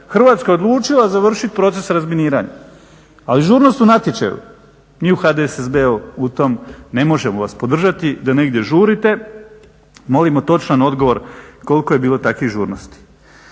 Hrvatska je odlučila završiti proces razminiranja ali žurnost u natječaju mi u HDSSB-u u tom ne možemo vas podržati da negdje žurite, molimo točan odgovor koliko je bilo takvih žurnosti.